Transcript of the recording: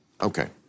Okay